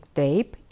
tape